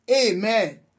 amen